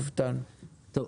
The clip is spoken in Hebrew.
תודה רבה.